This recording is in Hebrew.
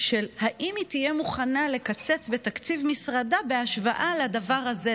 אם היא תהיה מוכנה לקצץ בתקציב משרדה בהשוואה לדבר הזה,